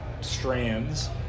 strands